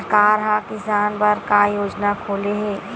सरकार ह किसान बर का योजना खोले हे?